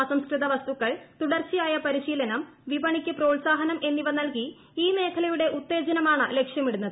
അസംസ്കൃത വസ്തുക്കൾ തുടർച്ചയായ പരിശീലനം വിപണിക്ക് പ്രോത്സാഹനം എന്നിവ നൽകി ഈ മേഖലയുടെ ഉത്തേജനമാണ് ലക്ഷ്യമിടുന്നത്